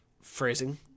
Phrasing